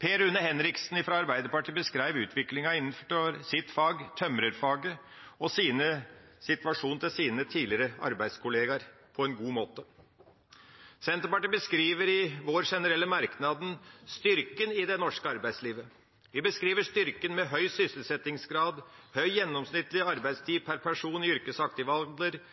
Per Rune Henriksen fra Arbeiderpartiet beskrev utviklinga innenfor sitt fag, tømrerfaget, og situasjonen til sine tidligere arbeidskollegaer på en god måte. Vi i Senterpartiet beskriver i våre generelle merknader styrken i det norske arbeidslivet. Vi beskriver styrken med høy sysselsettingsgrad, høy gjennomsnittlig arbeidstid per person i yrkesaktiv alder